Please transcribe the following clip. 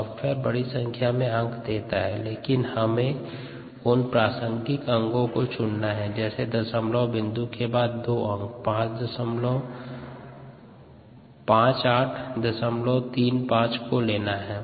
software बड़ी संख्या में अंक देता है लेकिन हमें उन प्रासंगिक अंकों को चुनना हैं जैसे दशमलव बिंदु के बाद के दो अंक 5835 को लेना है